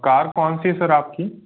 car कौन सी है सर आपकी